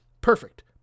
perfect